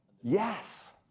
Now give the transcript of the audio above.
Yes